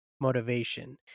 motivation